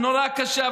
היא נורא קשה,